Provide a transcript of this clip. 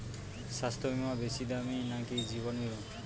স্বাস্থ্য বীমা বেশী দামী নাকি জীবন বীমা?